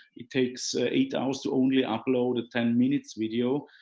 it takes ah eight hours to only upload a ten minute video.